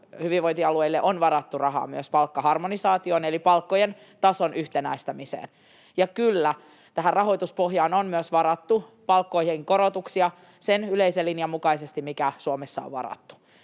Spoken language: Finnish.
hyvinvointialueille on varattu rahaa myös palkkaharmonisaatioon eli palkkojen tason yhtenäistämiseen. Ja kyllä, tähän rahoituspohjaan on myös varattu palkkojen korotuksia sen yleisen linjan mukaisesti, mikä Suomessa on varattu.